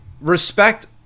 respect